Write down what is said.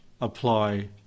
apply